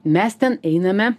mes ten einame